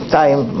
time